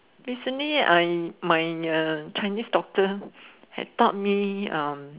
recently I my uh Chinese doctor have taught me um